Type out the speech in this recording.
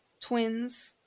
twins